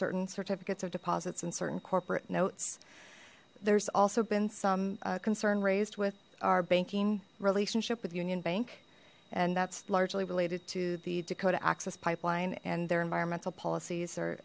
certain certificates of deposits and certain corporate notes there's also been some concern raised with our banking relationship with union bank and that's largely related to the dakota access pipeline and their environmental polic